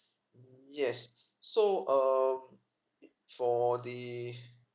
yes so err for the